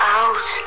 out